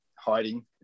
Hiding